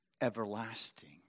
Everlasting